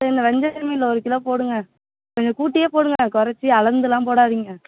சரி இந்த வஞ்சரம் மீனில் ஒரு கிலோ போடுங்கள் கொஞ்சம் கூட்டியே போடுங்கள் குறச்சி அளந்து எல்லாம் போடாதீங்க